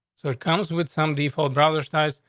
so it comes with some default, brothers, nyse,